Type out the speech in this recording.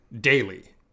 daily